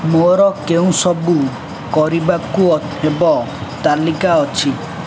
ମୋର କେଉଁ ସବୁ କରିବାକୁ ହେବ ତାଲିକା ଅଛି